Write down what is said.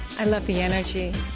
i love the energy.